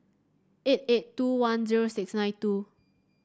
eight eight two one zero six nine two